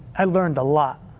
i learned a lot.